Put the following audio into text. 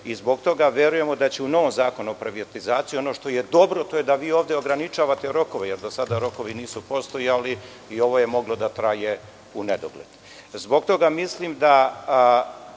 Zbog toga verujemo da će u novom zakonu o privatizaciji, ono što je dobro, to je da vi ovde ograničavate rokove, jer do sada rokovi nisu postojali i ovo je moglo da traje u nedogled. Zbog toga mislim da,